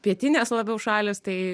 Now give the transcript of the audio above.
pietinės labiau šalys tai